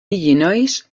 illinois